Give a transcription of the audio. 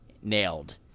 nailed